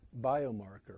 biomarker